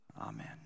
Amen